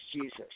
Jesus